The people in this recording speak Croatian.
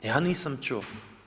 Ja nisam čuo.